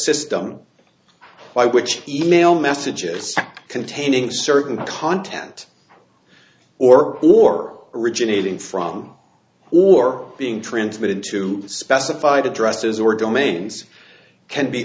system by which e mail messages containing certain content or or originating from or being transmitted to specified addresses or domains can be